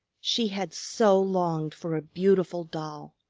she had so longed for a beautiful doll!